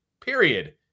period